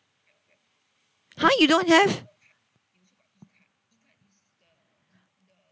!huh! you don't have